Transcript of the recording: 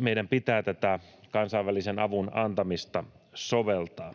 meidän pitää tätä kansainvälisen avun antamista soveltaa.